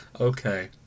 Okay